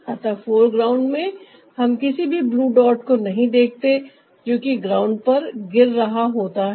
अतः foreground में हम किसी भी ब्लू डॉट को नहीं देखते जोकि ग्राउंड पर गिर रहा होता है